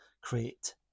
create